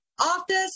office